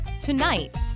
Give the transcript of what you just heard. Tonight